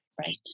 Right